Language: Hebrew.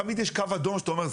תמיד יש קו אדום שאתה אומר,